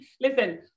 listen